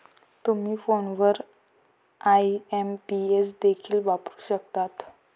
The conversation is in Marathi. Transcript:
तुम्ही फोनवर आई.एम.पी.एस देखील वापरू शकता